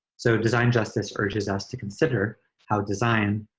so design justice urges us to consider how design